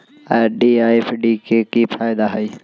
RD आ FD के कि फायदा हई?